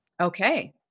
okay